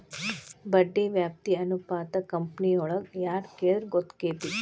ಬಡ್ಡಿ ವ್ಯಾಪ್ತಿ ಅನುಪಾತಾ ಕಂಪನಿಯೊಳಗ್ ಯಾರ್ ಕೆಳಿದ್ರ ಗೊತ್ತಕ್ಕೆತಿ?